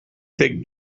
fig